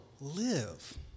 live